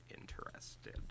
interested